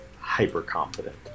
hyper-confident